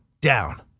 down